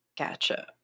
Gotcha